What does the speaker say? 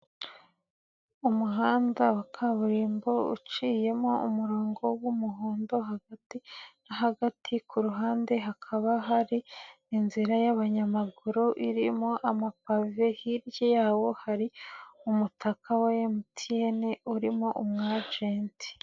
Umuhanda wa kaburimbo uciyemo umurongo w'umuhondo hagati na hagati ku ruhande hakaba hari inzira y'abanyamaguru irimo amapave hirya yawo hari umutaka wa MTN urimo umu ajenti.